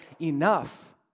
enough